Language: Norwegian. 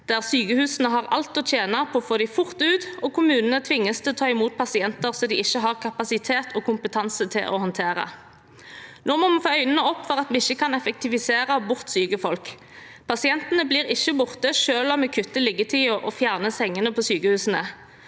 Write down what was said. der sykehusene har alt å tjene på å få dem fort ut, og kommunene tvinges til å ta imot pasienter som de ikke har kapasitet og kompetanse til å håndtere. Nå må vi få øynene opp for at vi ikke kan effektivisere bort syke folk. Pasientene blir ikke borte, selv om vi kutter liggetiden og fjerner sengene på sykehusene.